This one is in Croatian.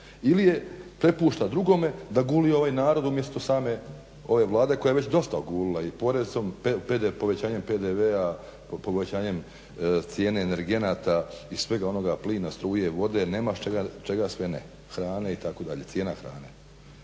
ili je prepušta drugome da guli ovaj narod umjesto same ove Vlade koja je već dosta ogulila i porezom, povećanjem PDV-a, povećanjem cijene energenata i svega onoga plina, struje, vode nema čega sve ne, hrane itd., cijena hrane.